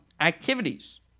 activities